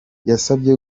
yabasabye